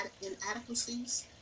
inadequacies